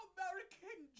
American